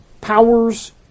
powers